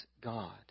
God